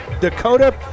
Dakota